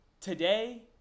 today